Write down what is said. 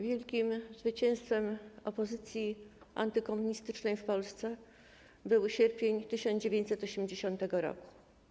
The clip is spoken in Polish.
Wielkim zwycięstwem opozycji antykomunistycznej w Polsce był sierpień 1980 r.